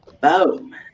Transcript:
Boom